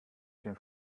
den